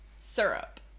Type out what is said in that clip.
Syrup